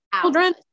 children